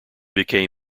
became